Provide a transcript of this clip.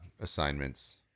assignments